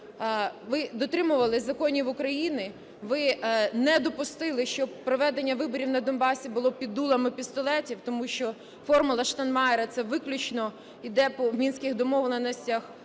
ви дотримувалися законів України, ви не допустили, щоб проведення виборів на Донбасі було під дулами пістолетів, тому що "формула Штайнмайєра" – це виключно іде по мінських домовленостях,